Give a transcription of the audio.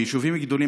ביישובים גדולים,